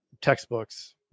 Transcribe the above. textbooks